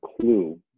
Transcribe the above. Clue